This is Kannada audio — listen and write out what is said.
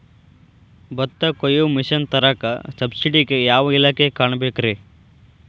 ಭತ್ತ ಕೊಯ್ಯ ಮಿಷನ್ ತರಾಕ ಸಬ್ಸಿಡಿಗೆ ಯಾವ ಇಲಾಖೆ ಕಾಣಬೇಕ್ರೇ?